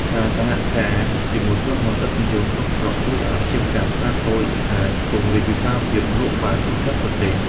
ការសហការជាមួយក្រុមហ៊ុនដឹកជញ្ជូនក្នុងស្រុកជួយឱ្យអាជីវកម្មខ្នាតតូចអាចពង្រីកវិសាលភាពលក់បានទូទាំងប្រទេស។